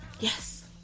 Yes